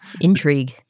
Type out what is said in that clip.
Intrigue